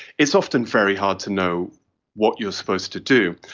it's often very hard to know what you are supposed to do,